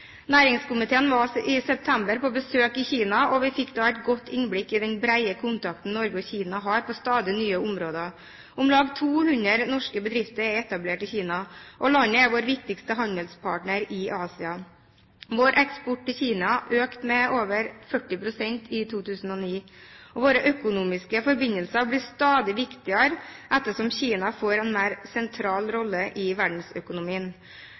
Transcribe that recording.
Næringskomiteen var i september på besøk i Kina. Vi fikk da et godt innblikk i den brede kontakten Norge og Kina har på stadig nye områder. Om lag 200 norske bedrifter er etablert i Kina, og landet er vår viktigste handelspartner i Asia. Vår eksport til Kina økte med over 40 pst. i 2009. Våre økonomiske forbindelser blir stadig viktigere ettersom Kina får en mer sentral rolle i verdensøkonomien.